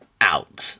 out